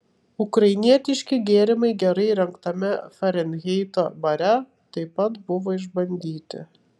ukrainietiški gėrimai gerai įrengtame farenheito bare taip pat buvo išbandyti